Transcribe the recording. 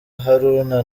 haruna